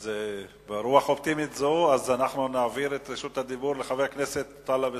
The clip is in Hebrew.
אז ברוח אופטימית זו נעביר את רשות הדיבור לחבר הכנסת טלב אלסאנע,